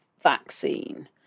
vaccine